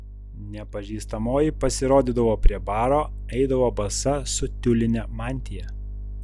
nepažįstamoji pasirodydavo prie baro eidavo basa su tiuline mantija